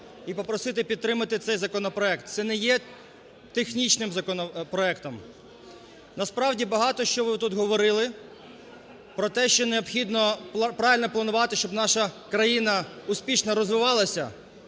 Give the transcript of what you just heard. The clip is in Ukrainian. і попросити підтримати цей законопроект. Це не є технічним законопроектом. Насправді багато що ви тут говорили про те, що необхідно правильно планувати, щоб наша країна успішно розвивалася.